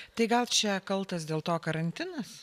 tai gal čia kaltas dėl to karantinas